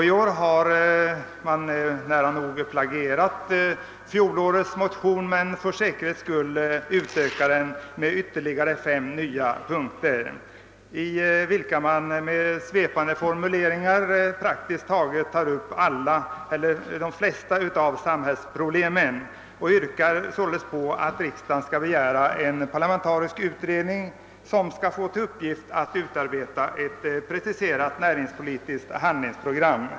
I år har fjolårets motion nära nog plagierats, men för säkerhets skull har den utökats med ytterligare fem punkter i vilka med svepande formuleringar tas upp praktiskt taget de flesta samhällsproblem och yrkas att riksdagen skall begära en parlamentarisk utredning med uppgift att utarbeta ett preciserat = näringspolitiskt handlingsprogram.